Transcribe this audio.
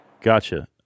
Gotcha